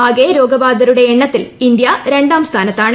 ആകെ രോഗബാധിതരുടെ എണ്ണത്തിൽ ഇന്ത്യ രണ്ടാം സ്ഥാനത്താണ്